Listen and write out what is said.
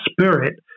spirit